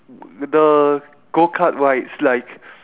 the go kart rides like